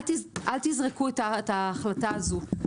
אל תזרקו את ההחלטה הזאת.